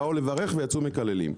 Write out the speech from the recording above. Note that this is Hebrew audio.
באו לברך ויצאו מקללים,